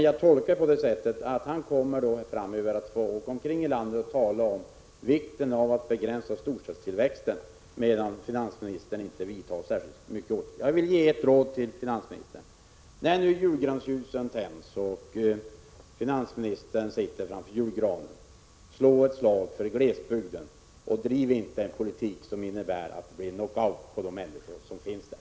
Jag tolkar det så att industriministern framöver kommer att få åka omkring i landet och tala om vikten av att begränsa storstadstillväxten, medan finansministern inte vidtar särskilt kraftfulla åtgärder. Jag vill ge finansministern ett råd: När nu julgransljusen tänds och finansministern sitter framför julgranen — slå ett slag för glesbygden och driv inte en politik som innebär en knockout på de människor som finns där!